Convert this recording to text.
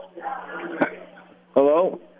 hello